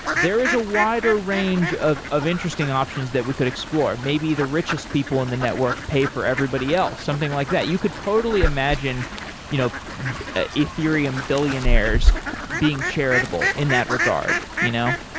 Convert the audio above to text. there is a wider range of of interesting options that we could explore. maybe the richest people in the network pay for everybody else or something like that. you could totally imagine you know ah ethereum billionaires being charitable in that regard, you know?